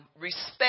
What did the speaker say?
respect